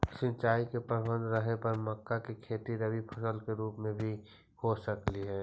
सिंचाई का प्रबंध रहे पर मक्का की खेती रबी फसल के रूप में भी हो सकलई हे